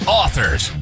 authors